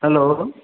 hello